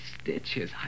stitches